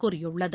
கூறியுள்ளது